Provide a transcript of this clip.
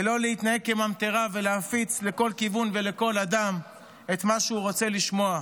ולא להתנהג כממטרה ולהפיץ לכל כיוון ולכל אדם את מה שהוא רוצה לשמוע.